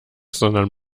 sondern